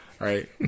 Right